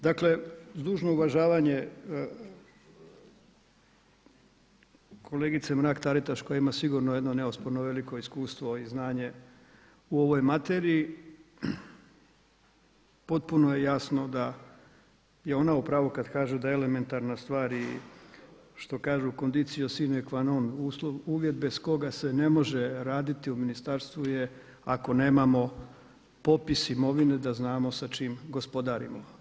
Dakle uz dužno uvažavanje kolegice Mrak Taritaš koja ima sigurno jedno neosporno veliko iskustvo i znanje u ovoj materiji potpuno je jasno da je ona u pravu kad kaže da elementarna stvar i što kažu conditio sine qua non uvjet bez koga se ne može raditi u ministarstvu je ako nemamo popis imovine da znamo sa čim gospodarimo.